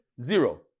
zero